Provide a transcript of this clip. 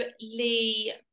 Lee